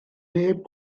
neb